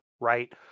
right